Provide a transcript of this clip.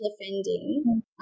offending